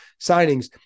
signings